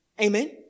Amen